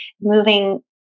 moving